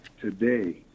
today